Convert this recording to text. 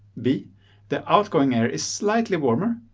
b the outgoing air is slightly warmer,